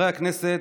חברי הכנסת,